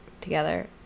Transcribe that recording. together